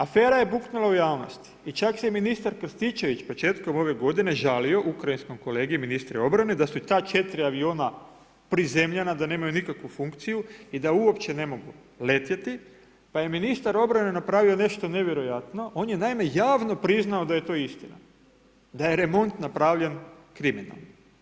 Afera je buknula u javnosti i čak se i ministar Krstičević početkom ove godine ukrajinskom kolegi, ministru obrane da su ta 4 aviona prizemljena, da nemaju nikakvu funkciju i da uopće ne mogu letjeti pa je ministar obrane napravio nešto nevjerojatno, on je naime javno priznao da je to istina, da je remont napravljen kriminalno.